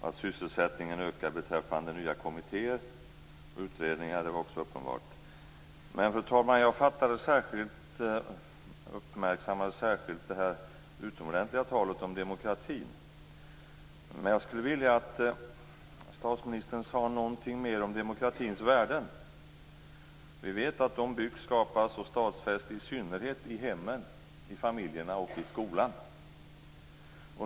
Att sysselsättningen ökar beträffande nya kommittéer och utredningar var också uppenbart. Fru talman! Jag uppmärksammade särskilt det utomordentliga talet om demokratin. Men jag skulle vilja att statsministern sade någonting mer om demokratins värden. Vi vet att de byggs, skapas och stadfästs i synnerhet i hemmen, i familjerna och i skolan.